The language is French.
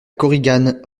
korigane